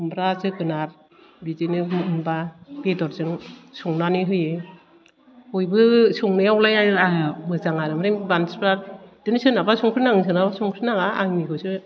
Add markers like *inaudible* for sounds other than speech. खुमब्रा जोगोनार बिदिनो मोनबा बेदरजों संनानै होयो बयबो संनायावलाय *unintelligible* मोजां आरो ओमफ्राय मानसिफ्रा बिदिनो सोरनाबा संख्रि नाङो सोरनाबा संख्रि नाङा आंनिखौसो